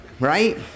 Right